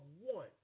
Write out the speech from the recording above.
one